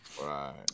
right